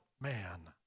man